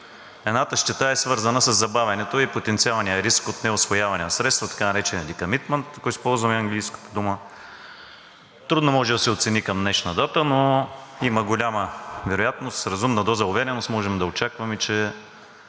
Едната щета е свързана със забавянето и потенциалния риск от неусвояване на средства, така нареченият decommitment, ако използваме английската дума. Трудно може да се оцени към днешна дата, но има голяма вероятност, с разумна доза увереност може да очакваме, че